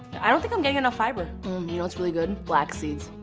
i don't think i'm getting enough fiber. you know what's really good? flaxseeds.